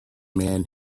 man